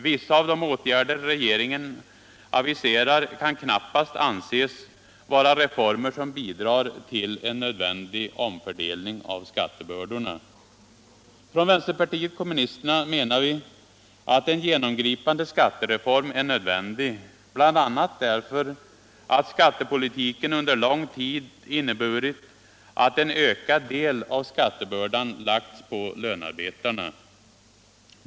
Vissa av de åtgärder regeringen aviserar kan knappast anses vara reformer som bidrar till en nödvändig omfördelning av skattebördorna. Från vänsterpartiet kommunisterna menar vi att en genompripande skattereform är nödvändig, bl.a. därför att skattepolitiken under en lång tid inneburit att en ökad del av skattebördan lagts på lönarbetarna.